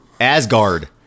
Asgard